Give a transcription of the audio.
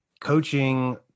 coaching